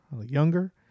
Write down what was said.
younger